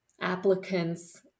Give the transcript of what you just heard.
applicants